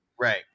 right